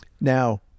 Now